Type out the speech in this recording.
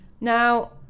now